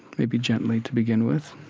maybe gently to begin with,